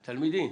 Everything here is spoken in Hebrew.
תלמידים,